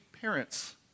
parents